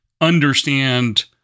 understand